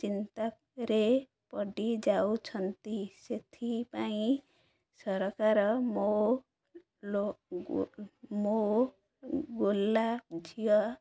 ଚିନ୍ତାରେ ପଡ଼ିଯାଉଛନ୍ତି ସେଥିପାଇଁ ସରକାର ମୋ ମୋ ଗୋଲା ଝିଅ